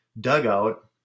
dugout